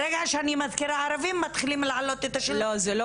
ברגע שאני מזכירה ערבים מתחילים להעלות את השאלה?